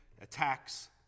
attacks